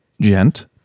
gent